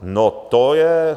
no to je...